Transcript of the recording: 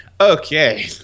Okay